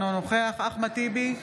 אינו נוכח אחמד טיבי,